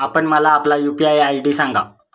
आपण मला आपला यू.पी.आय आय.डी सांगा